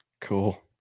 Cool